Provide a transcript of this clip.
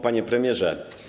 Panie Premierze!